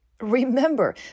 remember